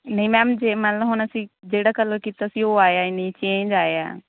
ਨਹੀਂ ਮੈਮ ਜੇ ਮੰਨ ਲਓ ਹੁਣ ਅਸੀਂ ਜਿਹੜਾ ਕਲਰ ਕੀਤਾ ਸੀ ਉਹ ਆਇਆ ਨਹੀਂ ਚੇਂਜ ਆਇਆ